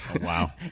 Wow